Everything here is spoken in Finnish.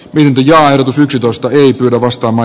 vindy ja yksitoista y lavastama